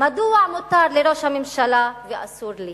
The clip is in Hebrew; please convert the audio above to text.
מדוע מותר לראש הממשלה ולי אסור?